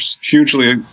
hugely